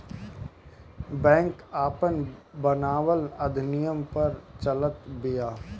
bank आपन बनावल अधिनियम पअ चलत बिया